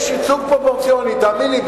יש ייצוג פרופורציוני, תאמין לי.